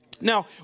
Now